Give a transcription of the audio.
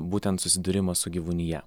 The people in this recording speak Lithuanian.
būtent susidūrimas su gyvūnija